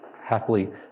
happily